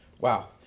Wow